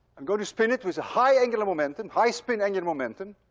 i'm going to spin it with a high angular momentum, high spin angular momentum.